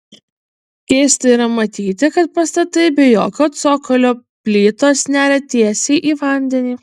keista yra matyti kad pastatai be jokio cokolio plytos neria tiesiai į vandenį